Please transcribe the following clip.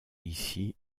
ici